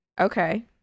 okay